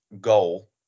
goal